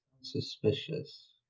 Suspicious